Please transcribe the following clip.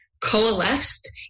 coalesced